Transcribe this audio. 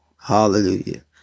Hallelujah